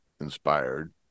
inspired